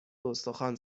استخوان